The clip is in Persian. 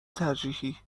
ترجیحی